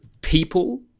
people